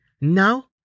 now